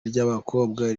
ry’abakobwa